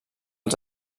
els